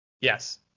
Yes